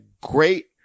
great